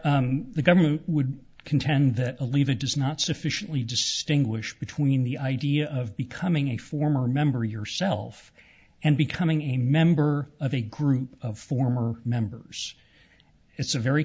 r the government would contend that believe it is not sufficiently distinguish between the idea of becoming a former member yourself and becoming a member of a group of former members it's a very